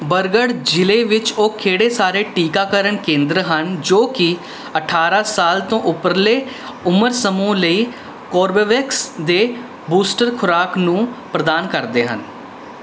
ਬਰਗੜ੍ਹ ਜ਼ਿਲ੍ਹੇ ਵਿੱਚ ਉਹ ਕਿਹੜੇ ਸਾਰੇ ਟੀਕਾਕਰਨ ਕੇਂਦਰ ਹਨ ਜੋ ਕਿ ਅਠਾਰਾਂ ਸਾਲ ਤੋਂ ਉਪਰਲੇ ਉਮਰ ਸਮੂਹ ਲਈ ਕੋਰਬੇਵੈਕਸ ਦੇ ਬੂਸਟਰ ਖੁਰਾਕ ਨੂੰ ਪ੍ਰਦਾਨ ਕਰਦੇ ਹਨ